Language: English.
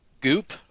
goop